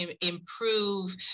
improve